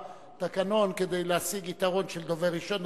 בתקנון כדי להשיג יתרון של דובר ראשון,